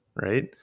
right